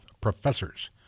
professors